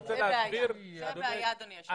זו הבעיה, אדוני יושב הראש, הרנדומליות הזו.